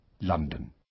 London